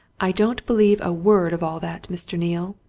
i don't believe a word of all that, mr. neale!